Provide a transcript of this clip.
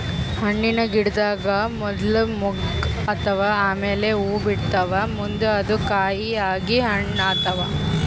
ಹಣ್ಣಿನ್ ಗಿಡದಾಗ್ ಮೊದ್ಲ ಮೊಗ್ಗ್ ಆತವ್ ಆಮ್ಯಾಲ್ ಹೂವಾ ಬಿಡ್ತಾವ್ ಮುಂದ್ ಅದು ಕಾಯಿ ಆಗಿ ಹಣ್ಣ್ ಆತವ್